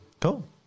Cool